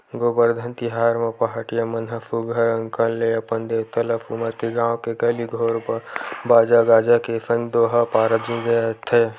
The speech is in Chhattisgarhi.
गोबरधन तिहार म पहाटिया मन ह सुग्घर अंकन ले अपन देवता ल सुमर के गाँव के गली घोर म बाजा गाजा के संग दोहा पारत गिंजरथे